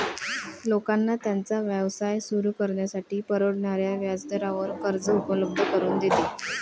लोकांना त्यांचा व्यवसाय सुरू करण्यासाठी परवडणाऱ्या व्याजदरावर कर्ज उपलब्ध करून देते